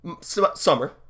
summer